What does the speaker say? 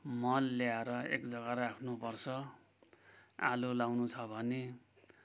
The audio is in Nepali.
मल ल्याएर एक जग्गा राख्नु पर्छ आलु लाउनु छ भने